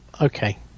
okay